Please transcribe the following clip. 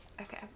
okay